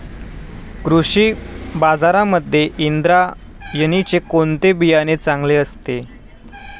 कृषी बाजारांमध्ये इंद्रायणीचे कोणते बियाणे चांगले असते?